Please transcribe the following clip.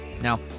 Now